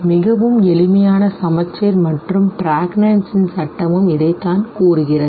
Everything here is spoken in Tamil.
மிகவும் எளிமையான சமச்சீர் மற்றும் பிரக்னான்ஸின்Prägnanz Law சட்டமும் இதைத்தான் கூறுகிறது